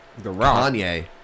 Kanye